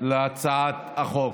להצעת החוק.